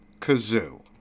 kazoo